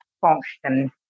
function